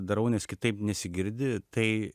darau nes kitaip nesigirdi tai